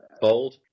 Bold